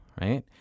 Right